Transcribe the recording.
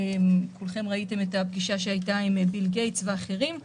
כולכם הייתם עדים לפגישה שהייתה עם ביל גייטס ואחרים.